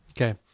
okay